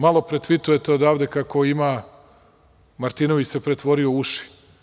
Malo pre tvitujete odavde kako se Martinović pretvorio u uši.